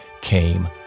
came